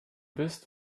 bist